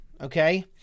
Okay